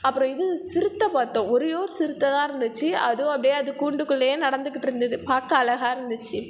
அப்பறம் இது சிறுத்தை பார்த்தோம் ஒரே ஒரு சிறுத்தை தான் இருந்துச்சு அது அப்படியே அது கூண்டுக்குள்ளே நடந்துகிட்டு இருந்தது பார்க்க அழகாக இருந்துச்சு